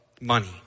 money